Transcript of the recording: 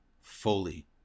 fully